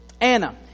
Anna